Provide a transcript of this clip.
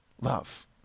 Love